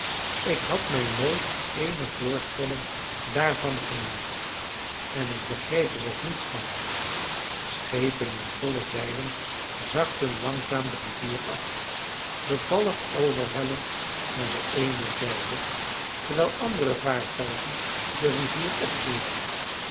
ik had mij nooit eene voorstelling daarvan gemaakt en ik begreep er ook niets van schepen in volle zeilen zakten langzaam de rivier af bevallig overhellend naar de eene zijde terwijl andere vaartuigen de rivier opvoeren